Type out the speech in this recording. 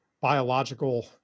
biological